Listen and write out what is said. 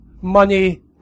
money